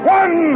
one